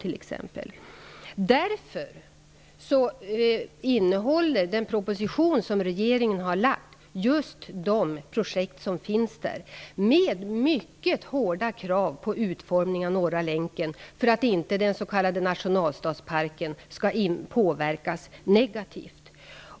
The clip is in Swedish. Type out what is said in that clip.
Av denna anledning innehåller den proposition som regeringen har lagt fram just de projekt som finns med, med mycket hårda krav på utformningen av Norra länken, för att den s.k. nationalstadsparken inte skall påverkas negativt.